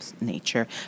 nature